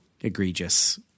egregious